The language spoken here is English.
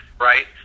right